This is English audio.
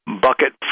bucket